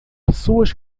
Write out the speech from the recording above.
pessoas